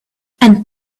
and